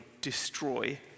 destroy